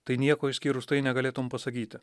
tai nieko išskyrus tai negalėtum pasakyti